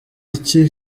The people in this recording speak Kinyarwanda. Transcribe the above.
iki